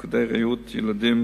תפקודי ריאות אצל ילדים